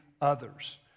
others